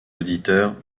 auditeurs